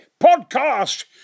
Podcast